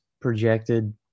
projected